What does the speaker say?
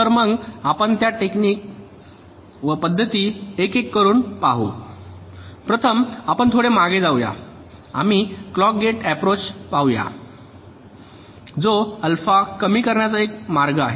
तर मग आपण त्या पद्धती एक एक करून पाहू प्रथम आपण थोडे मागे जाऊया आम्ही क्लॉक गेटिंग अॅप्रोच पाहूया जो अल्फा कमी करण्याचा एक मार्ग आहे